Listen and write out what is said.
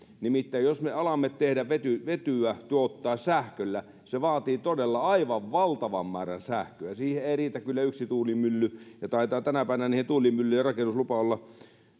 nimittäin jos me alamme vetyä vetyä tuottaa sähköllä se vaatii todella aivan valtavan määrän sähköä siihen ei riitä kyllä yksi tuulimylly ja taitaa tänä päivänä niiden tuulimyllyjen rakennuslupa olla